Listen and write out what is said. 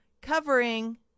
covering